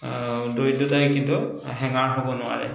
দৰিদ্ৰতাই কিন্তু হেঙাৰ হ'ব নোৱাৰে